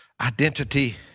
identity